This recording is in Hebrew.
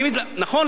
נכון,